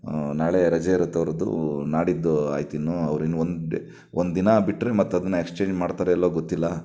ನಾಳೆ ರಜೆ ಇರತ್ತೆ ಅವ್ರದ್ದು ನಾಡಿದ್ದು ಆಯ್ತು ಇನ್ನು ಅವ್ರು ಇನ್ನು ಒನ್ ಡೇ ಒಂದು ದಿನ ಬಿಟ್ಟರೆ ಮತ್ತೆ ಅದನ್ನ ಎಕ್ಸ್ಚೇಂಜ್ ಮಾಡ್ತಾರೆ ಇಲ್ವೊ ಗೊತ್ತಿಲ್ಲ